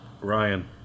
Ryan